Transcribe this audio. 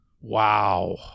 Wow